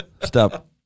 Stop